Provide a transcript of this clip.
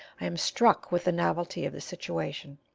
i am struck with the novelty of the situation.